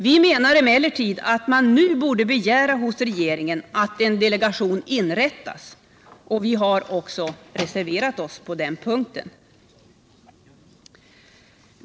Vi menar emellertid att man nu borde begära hos regeringen att en delegation inrättas, och vi har också reserverat oss på den punkten.